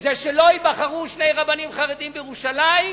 היא שלא ייבחרו שני רבנים חרדים בירושלים,